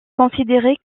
considéré